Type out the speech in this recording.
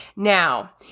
Now